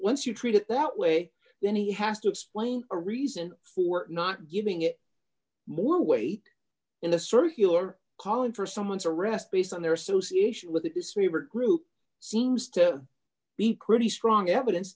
once you treat it that way then he has to explain a reason for not giving it more weight in a circular calling for someone's arrest based on their association with the disfavored group seems to be pretty strong evidence